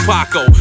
Paco